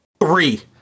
three